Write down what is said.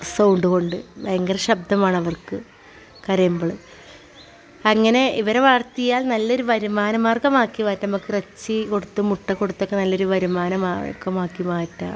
sound കൊണ്ട് ഭയങ്കരം ശബ്ദം ആണവർക്ക് കരയുമ്പോൾ അങ്ങനെ ഇവരെ വളർത്തിയാൽ നല്ലൊരു വരുമാന മാർഗമാക്കി മാറ്റാം ഇറച്ചി കൊടുത്തും മുട്ട കൊടുത്തൊക്കെ നല്ലൊരു വരുമാന മാർഗമാക്കി മാറ്റാം